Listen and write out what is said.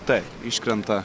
tai iškrenta